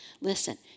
Listen